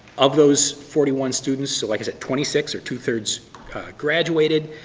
of those forty one students, so like i said, twenty six or two thirds graduated.